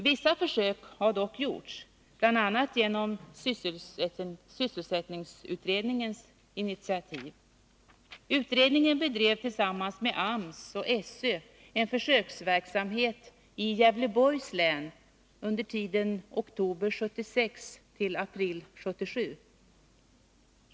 Vissa försök har dock gjorts, bl.a. genom sysselsättningsutredningens initiativ. Utredningen bedrev tillsammans med AMS och SÖ en försöksverksamhet i Gävleborgs län under tiden oktober 1976 — april 1977.